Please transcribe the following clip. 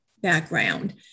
background